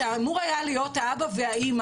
שאמור היה להיות האבא והאמא,